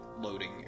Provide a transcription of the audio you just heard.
loading